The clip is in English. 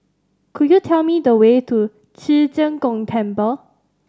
could you tell me the way to Ci Zheng Gong Temple